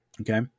Okay